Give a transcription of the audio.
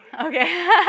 okay